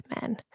men